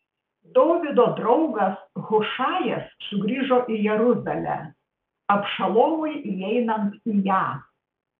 dovydo draugas hušajas sugrįžo į jeruzalę abšalomui įeinant į ją